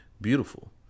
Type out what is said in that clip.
beautiful